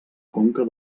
conca